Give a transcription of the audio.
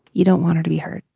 you don't want her to be hurt.